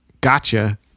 gotcha